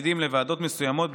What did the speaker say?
ותפקידים לוועדות מסוימות,